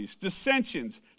dissensions